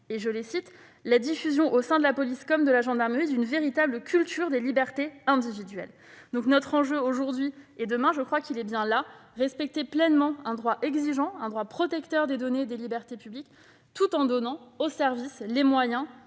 2018, saluaient la diffusion, au sein de la police, comme de la gendarmerie, d'une véritable culture des libertés individuelles. Notre enjeu, aujourd'hui et demain, est bien là : respecter pleinement un droit exigeant, un droit protecteur des données et des libertés publiques, tout en donnant aux services les moyens